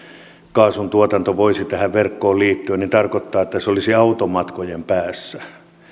tuotanto voisi tähän verkkoon liittyä tarkoittaa että se olisi automatkojen päässä